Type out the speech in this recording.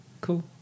cool